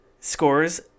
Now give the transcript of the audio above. scores